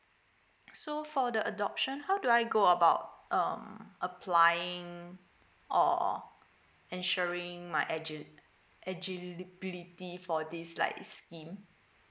so for the adoption how do I go about um applying or ensuring my egi~ eligibility for this like scheme